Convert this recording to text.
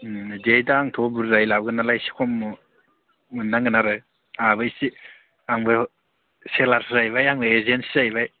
दे दामथ' बुरजायै लाबोगोन नालाय एसे खम मोननांगोन आरो आंहाबो एसे आंबो सेलासो जाहैबाय आंबो एजेन्टसो जाहैबाय